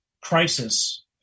crisis